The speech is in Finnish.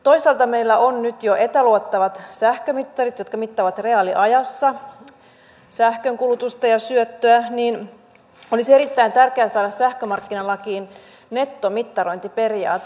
toisaalta kun meillä on nyt jo etäluettavat sähkömittarit jotka mittaavat reaaliajassa sähkönkulutusta ja syöttöä olisi erittäin tärkeää saada sähkömarkkinalakiin nettomittarointiperiaate